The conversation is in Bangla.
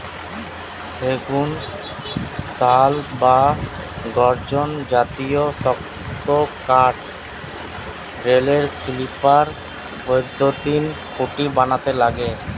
সেগুন, শাল বা গর্জন জাতীয় শক্ত কাঠ রেলের স্লিপার, বৈদ্যুতিন খুঁটি বানাতে লাগে